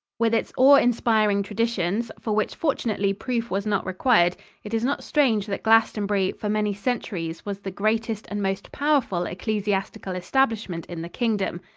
with its awe-inspiring traditions for which, fortunately, proof was not required it is not strange that glastonbury for many centuries was the greatest and most powerful ecclesiastical establishment in the kingdom.